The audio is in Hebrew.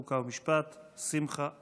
חוק ומשפט שמחה רוטמן.